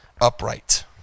upright